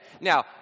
Now